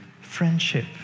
friendship